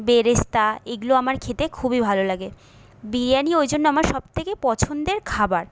বেরেস্তা এগুলো আমার খেতে খুবই ভালো লাগে বিরিয়ানি ওই জন্য আমার সব থেকে পছন্দের খাবার